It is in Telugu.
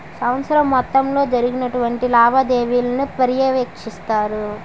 సంవత్సరం మొత్తంలో జరిగినటువంటి లావాదేవీలను పర్యవేక్షిస్తారు